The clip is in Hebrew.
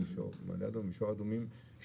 מישור אדומים,